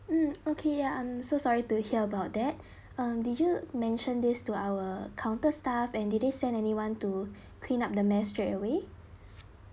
um okay ya I'm so sorry to hear about that um did you mention this to our counter staff and did they send anyone to clean up the mess straight away